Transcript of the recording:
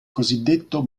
cosiddetto